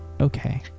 Okay